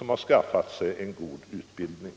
med god utbildning.